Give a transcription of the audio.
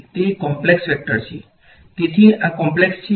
તે એક complex vector છે તેથી આ કોમ્પ્લેક્ષ છે